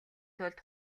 тулд